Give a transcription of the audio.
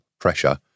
pressure